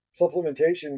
supplementation